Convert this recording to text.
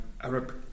Arab